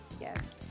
Yes